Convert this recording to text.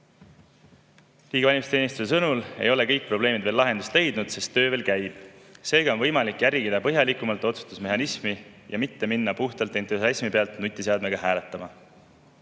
Riigi valimisteenistuse sõnul ei ole kõik probleemid veel lahendust leidnud, sest töö veel käib. Seega on võimalik põhjalikumalt otsustusmehhanismi järgida, mitte minna puhtalt entusiasmi pealt nutiseadmega hääletama.